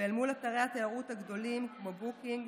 ואל מול אתרי התיירות הגדולים כמו Hotels ,Booking,